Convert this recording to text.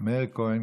מאיר כהן,